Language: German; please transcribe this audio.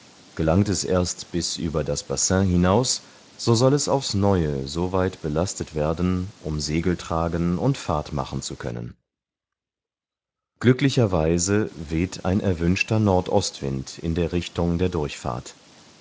gelangt es erst bis über das bassin hinaus so soll es auf's neue so weit belastet werden um segel tragen und fahrt machen zu können glücklicher weise weht ein erwünschter nordostwind in der richtung der durchfahrt